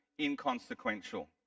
inconsequential